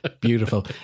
Beautiful